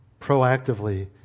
proactively